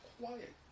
quiet